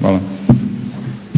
Hvala.